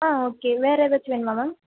ஆ okay வேறு ஏதாச்சும் வேணுமா மேம்